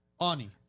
Ani